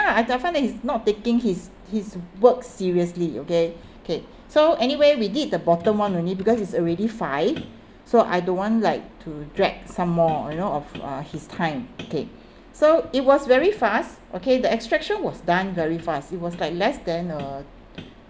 ~a I find that he's not taking his his work seriously okay okay so anyway we did the bottom one only because it's already five so I don't want like to drag some more you know of uh his time okay so it was very fast okay the extraction was done very fast it was like less than a